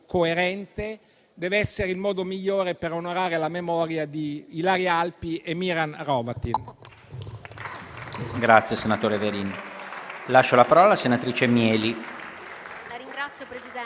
coerente, deve essere il modo migliore per onorare la memoria di Ilaria Alpi e Miran Hrovatin.